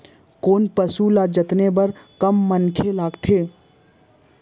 कोन पसु ल जतने बर कम मनखे लागथे?